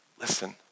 listen